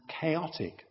chaotic